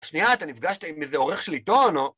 שנייה, אתה נפגשת עם איזה עורך של עיתון, או...